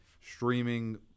streaming